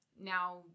now